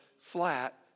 flat